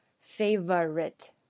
favorite